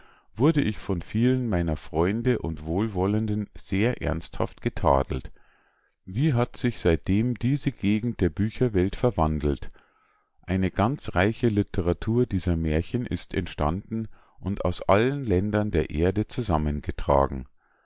wurde ich von vielen meiner freunde und wohlwollenden sehr ernsthaft getadelt wie hat sich seitdem diese gegend der bücherwelt verwandelt eine ganze reiche literatur dieser mährchen ist entstanden und aus allen ländern der erde zusammengetragen